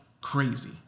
crazy